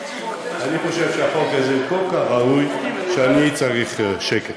אני חושב שהחוק הזה כל כך ראוי, שאני צריך שקט.